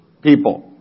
people